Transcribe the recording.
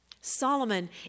Solomon